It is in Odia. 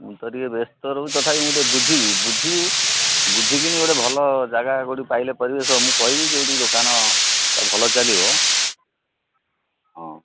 ମୁଁ ତ ଟିକେ ବ୍ୟସ୍ତ ରହୁ ତଥାପ ମୁଁ ଟିକେ ବୁଝିବି ବୁଝିବି ବୁଝିକିିନି ଗୋଟେ ଭଲ ଜାଗା କେଉଁଠି ପାଇଲେ ପରିବେଶ ମୁଁ କହିବି ଯେଉଁଠି ଦୋକାନ ଭଲ ଚାଲିବ ହଁ